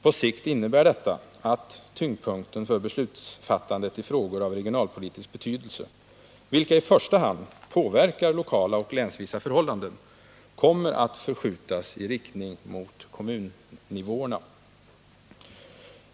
På sikt innebär detta att tyngdpunkten för beslutsfattandet i frågor av regional politisk betydelse — vilka i första hand påverkar lokala och länsvisa förhållanden — kommer att förskjutas i riktning mot kommunnivåerna.